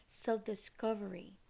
self-discovery